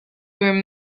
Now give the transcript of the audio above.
were